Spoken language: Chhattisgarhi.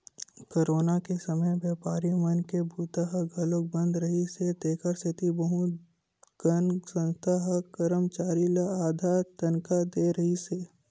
कोरोना के समे बेपारी मन के बूता ह घलोक बंद रिहिस हे तेखर सेती बहुत कन संस्था ह करमचारी ल आधा तनखा दे रिहिस हे